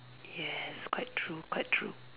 yes quite true quite true